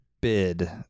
bid